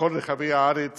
בכל רחבי הארץ